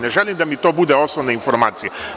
Ne želim da mi to bude osnovna informacija.